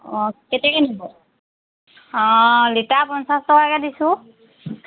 অঁ কেতিয়াকৈ নিব অঁ লিটাৰ পঞ্চাছ টকাকৈ দিছোঁ